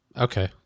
okay